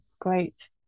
great